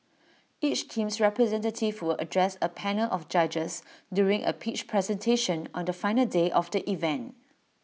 each team's representative address A panel of judges during A pitch presentation on the final day of the event